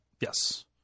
Yes